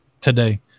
Today